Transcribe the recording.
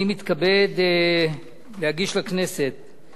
אני מתכבד להגיש לכנסת את